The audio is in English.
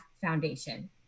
foundation